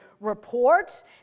reports